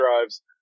drives